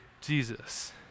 Jesus